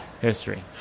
history